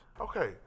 Okay